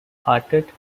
hearted